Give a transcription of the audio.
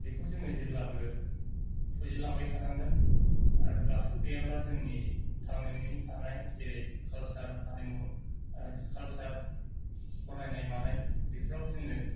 बेखौ जोङो जेब्लाबो फुजि लांबाय थानांगोन आरो बाथौ गैयाब्ला जोंनि थांनानै थानाय जेरै खालसार हारिमु आस खालसार फरायनाय मानाय बेफ्राव जोङो